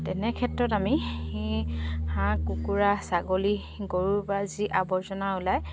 তেনে ক্ষেত্ৰত আমি হাঁহ কুকুৰা ছাগলী গৰু বা যি আৱৰ্জনা ওলাই